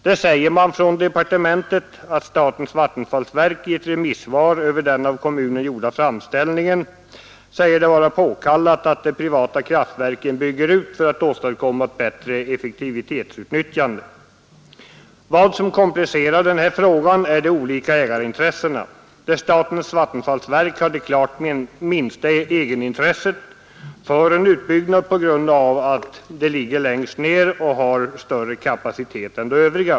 Departementet skriver att statens vattenfallsverk i ett remissvar över den av kommunen gjorda framställningen säger det vara påkallat att de privata kraftverken bygger ut för att åstadkomma ett bättre effektivitetsutnyttjande. Vad som komplicerar den här frågan är de olika ägarintressena, där statens vattenfallsverk har det klart minsta egenintresset för en utbyggnad på grund av att dess anläggning ligger längst ner och har större kapacitet än de övriga.